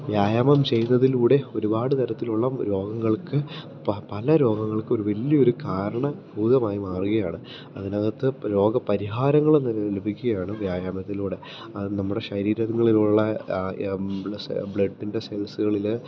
വ്യായാമം ചെയ്യുന്നതിലൂടെ ഒരുപാട് തരത്തിലുള്ള രോഗങ്ങൾക്ക് പല രോഗങ്ങൾക്ക് ഒരു വലിയൊരു കാരണഭൂതമായി മാറുകയാണ് അതിനകത്ത് രോഗപരിഹാരങ്ങള് ലഭിക്കുകയാണ് വ്യായാമത്തിലൂടെ അത് നമ്മുടെ ശരീരങ്ങളിലുള്ള ബ്ലഡിൻ്റെ സെൽസുകളില്